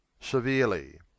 severely